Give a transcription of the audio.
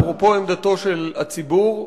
אפרופו עמדתו של הציבור,